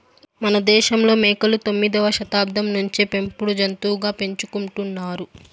మనదేశంలో మేకలు తొమ్మిదవ శతాబ్దం నుంచే పెంపుడు జంతులుగా పెంచుకుంటున్నారు